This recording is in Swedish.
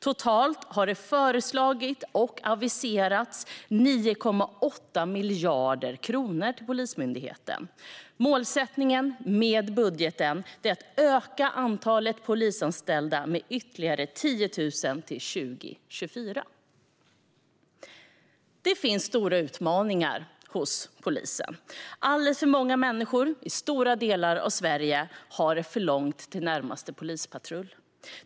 Totalt har det föreslagits och aviserats 9,8 miljarder kronor till Polismyndigheten. Målsättningen med budgeten är att öka antalet polisanställda med ytterligare 10 000 till 2024. Det finns stora utmaningar för polisen. Alldeles för många människor i stora delar av Sverige har för långt till närmaste polispatrull.